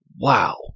wow